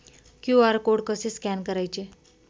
QR code कसे scan करायचे?